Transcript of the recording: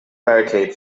barricade